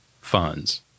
funds